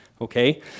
okay